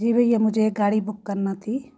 जी भैया मुझे एक गाड़ी बुक करनी थी